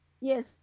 Yes